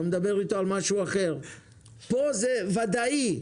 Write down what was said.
פה זה וודאי,